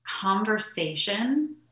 conversation